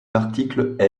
l’article